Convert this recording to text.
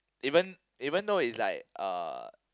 even even though it's like uh